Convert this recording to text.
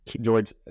George